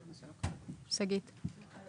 אני